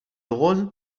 rose